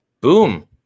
Boom